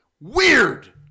weird